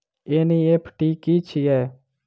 NEFT की छीयै?